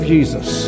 Jesus